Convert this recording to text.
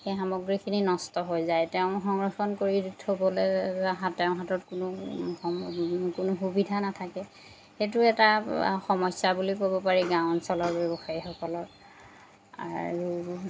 সেই সামগ্ৰীখিনি নষ্ট হৈ যায় তেওঁ সংৰক্ষণ কৰি থ'বলৈ হাত তেওঁৰ হাতত কোনো সমু কোনো সুবিধা নাথাকে সেইটো এটা সমস্যা বুলি ক'ব পাৰি গাঁও অঞ্চলৰ ব্যৱসায়ীসকলৰ আৰু